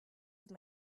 with